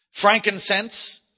Frankincense